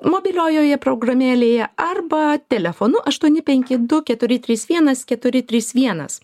mobiliojoje programėlėje arba telefonu aštuoni penki du keturi trys vienas keturi trys vienas